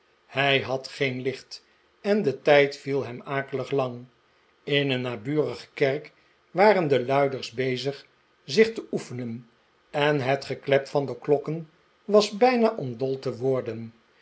hij had geen licht en de tijd viel hem akelig lang in een naburige kerk waren de luiders bezig zich te oefenen en het geklep van de klokken was bijna om dol te worden